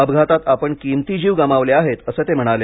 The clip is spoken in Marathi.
अपघातात आपण किंमती जीव गमावले आहेत असं ते म्हणाले